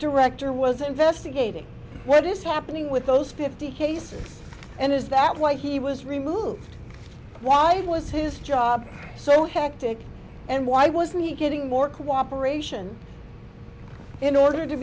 direct or was investigating what is happening with those fifty cases and is that why he was removed why was his job so hectic and why wasn't he getting more cooperation in order to